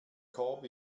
korb